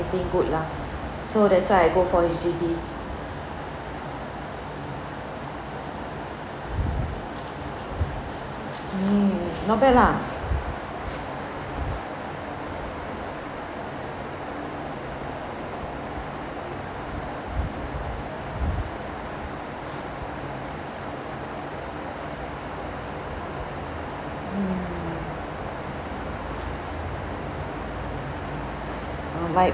think good lah so that's why I go for H_D_B mm not bad lah mm err my